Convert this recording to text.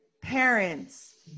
parents